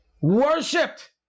Worshipped